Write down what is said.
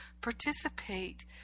participate